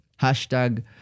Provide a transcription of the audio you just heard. Hashtag